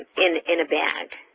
in in a bag.